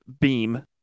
beam